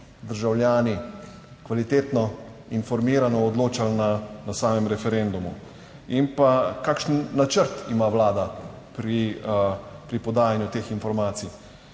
državljani kvalitetno informirano odločali na samem referendumu. In pa kakšen načrt ima Vlada pri podajanju teh informacij.